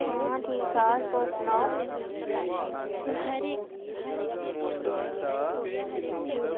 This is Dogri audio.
आं ठीक ठाक तुस सनाओ